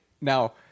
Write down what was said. Now